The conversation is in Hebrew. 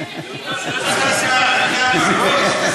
ואני צנזרתי את איתי כבר.